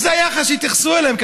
אבל זה היחס שהתייחסו אליהם.